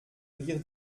rire